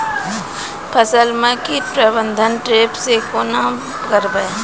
फसल म कीट प्रबंधन ट्रेप से केना करबै?